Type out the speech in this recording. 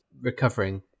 recovering